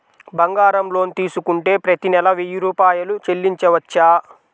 బంగారం లోన్ తీసుకుంటే ప్రతి నెల వెయ్యి రూపాయలు చెల్లించవచ్చా?